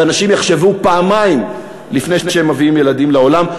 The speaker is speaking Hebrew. ואנשים יחשבו פעמיים לפני שהם מביאים ילדים לעולם,